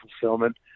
fulfillment